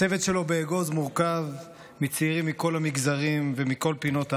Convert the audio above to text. הצוות שלו באגוז מורכב מצעירים מכל המגזרים ומכל פינות הארץ.